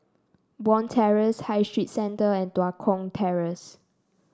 Bond Terrace High Street Centre and Tua Kong Terrace